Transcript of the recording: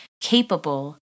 capable